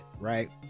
right